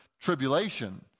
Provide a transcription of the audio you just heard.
tribulation